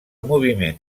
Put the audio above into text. moviment